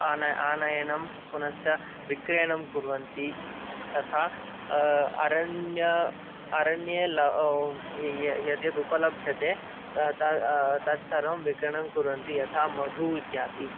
आनयनं पुनश्च विक्रयणं कुर्वन्ति तथा अरण्य अरण्ये ये ये यद्यदुपलभ्यते तत् सर्वं विक्रयणं कुर्वन्ति यथा मधु इत्यादि